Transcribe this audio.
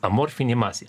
amorfinė masė